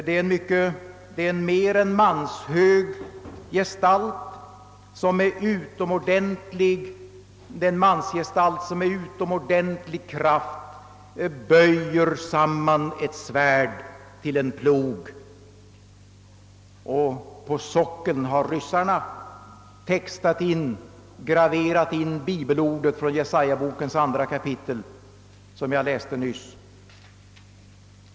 Det är en mer än manshög gestalt, en man som med utomordentlig kraft böjer samman ett svärd till en plog, och på sockeln har ryssarna graverat in bibelordet från Jesajabokens andra kapitel som jag läste nyss.